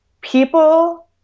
people